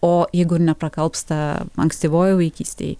o jeigu ir neprakalbsta ankstyvoj vaikystėj